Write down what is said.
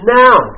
now